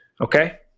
Okay